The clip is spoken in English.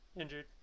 injured